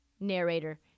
Narrator